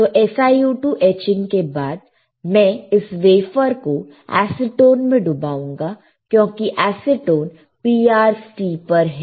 तो SiO2 etching के बाद मैं इस वेफर को एसीटोन में डूबाऊंगा क्योंकि एसीटोन PR स्टीपर है